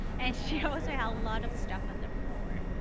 and she also had a lot of stuff on the floor.